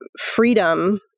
freedom